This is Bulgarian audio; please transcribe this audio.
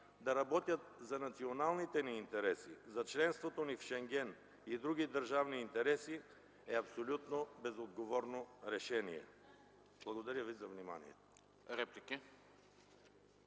да работят за националните ни интереси, за членството ни Шенген, за други държавни интереси, е абсолютно безотговорно решение. Благодаря ви за вниманието.